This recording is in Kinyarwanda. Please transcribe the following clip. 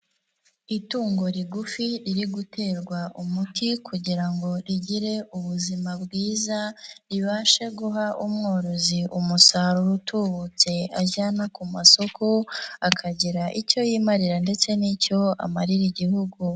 Itungo rigufi iri guterwa umuti kugira ngo rigire ubuzima bwiza, ribashe guha umworozi umusaruro utubutse ajyana ku masoko, akagira icyo yimarira ndetse n'icyo amarira Igihugu.